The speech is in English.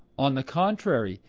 on the contrary,